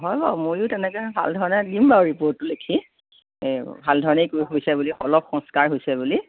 হয় বাৰু মইয়ো তেনেকে ভালধৰণে দিম বাৰু ৰিপট লিখি এই ভালধৰণে হৈছে বুলি অলপ সংস্কাৰ হৈছে বুলি